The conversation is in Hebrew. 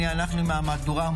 (דחיית מועד תחילה),